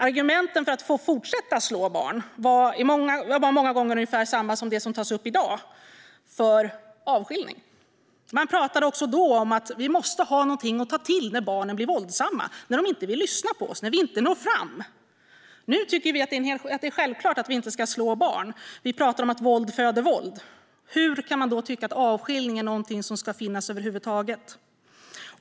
Argumenten för att få fortsätta slå barn var många gånger ungefär desamma som dem som i dag tas upp för avskiljning. Man pratade också då om att vi måste ha någonting att ta till när barnen blir våldsamma, när de inte vill lyssna på oss, när vi inte når fram. Nu tycker vi att det är självklart att vi inte ska slå barn. Vi pratar om att våld föder våld. Hur kan man då tycka att avskiljning är någonting som ska finnas över huvud taget?